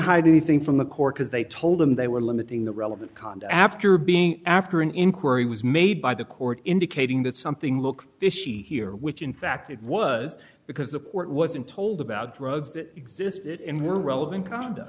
hide anything from the court because they told them they were limiting the relevant cond after being after an inquiry was made by the court indicating that something look fishy here which in fact it was because the court wasn't told about drugs that existed and were relevant cond